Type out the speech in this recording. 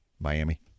Miami